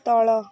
ତଳ